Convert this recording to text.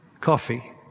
coffee